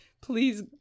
Please